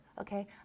okay